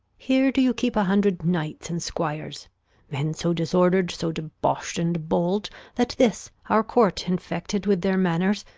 here do you keep a hundred knights and squires men so disorder'd, so debosh'd, and bold that this our court, infected with their manners,